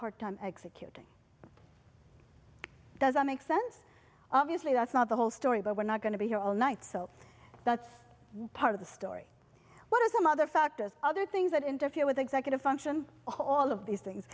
hard time executing it doesn't make sense obviously that's not the whole story but we're not going to be here all night so that's part of the story what are some other factors other things that interfere with executive function all of these things